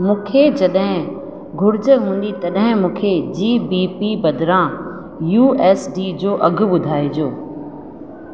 मूंखे जॾहिं घुर्ज हूंदी तॾहिं मूंखे जी बी पी बदिरां यू एस डी जो अघु ॿुधाइजो